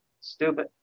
Stupid